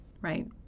Right